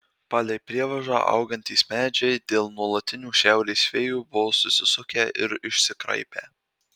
palei prievažą augantys medžiai dėl nuolatinių šiaurės vėjų buvo susisukę ir išsikraipę